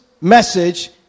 message